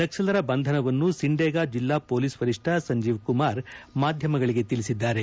ನಕ್ಸಲರ ಬಂಧನವನ್ನು ಸಿಂಡೇಗ ಜಿಲ್ಲಾ ಹೊಲೀಸ್ ವರಿಷ್ಠ ಸಂಜೀವ್ ಕುಮಾರ್ ಮಾಧ್ಯಮಗಳಿಗೆ ತಿಳಿಸಿದ್ದಾರೆ